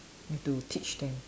have to teach them